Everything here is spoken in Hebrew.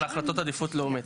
להחלטות עדיפות לאומית.